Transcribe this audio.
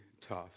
tough